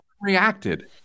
reacted